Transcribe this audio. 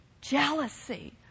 jealousy